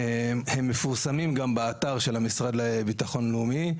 הם מפורסמים גם באתר המשרד לביטחון לאומי,